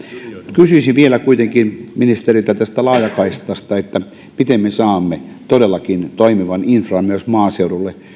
kysyisin vielä kuitenkin ministeriltä tästä laajakaistasta miten me saamme todellakin toimivan infran myös maaseudulle